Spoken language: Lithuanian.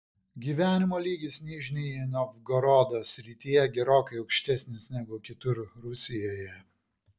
gyvenimo lygis nižnij novgorodo srityje gerokai aukštesnis negu kitur rusijoje